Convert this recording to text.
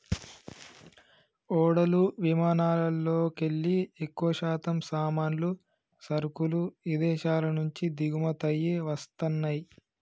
ఓడలు విమానాలల్లోకెల్లి ఎక్కువశాతం సామాన్లు, సరుకులు ఇదేశాల నుంచి దిగుమతయ్యి వస్తన్నయ్యి